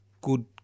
Good